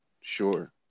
Sure